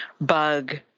Bug